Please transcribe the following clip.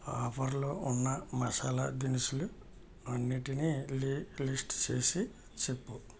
ఆఫర్లు ఉన్న మసాలా దినుసులు అన్నిటినీ లి లిస్టు చేసి చెప్పు